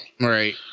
Right